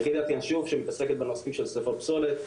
יחידת ינשוף שמתעסקת בנושאים של שריפות פסולת,